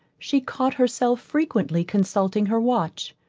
she caught herself frequently consulting her watch.